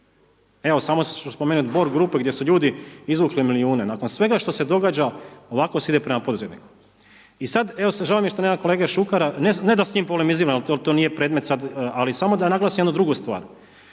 evo samo ću spomenuti Borg grupu gdje su ljudi izvukli milijune, nakon svega što se događa, ovako se ide prema poduzetniku. I sad, evo žao mi je što nema kolege Šukera, ne da s njim polemiziram jer to nije predmet sad, ali samo da naglasim jednu drugu stvar,